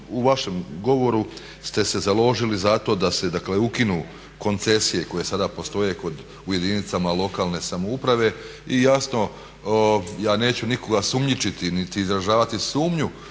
u vašem govoru ste se založili za to da se dakle ukinu koncesije koje sada postoje u jedinicama lokalne samouprave. I jasno ja neću nikoga sumnjičiti niti izražavati sumnju